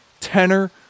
Tenor